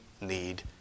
need